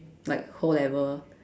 like whole level